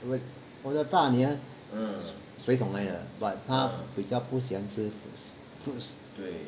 我的大女儿水桶来的但是她比较不喜欢吃 fruits